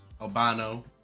Albano